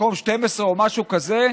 מקום 12 או משהו כזה.